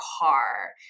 car